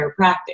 chiropractic